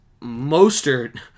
Mostert